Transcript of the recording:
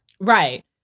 Right